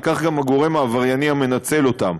וכך גם הגורם העברייני המנצל אותם.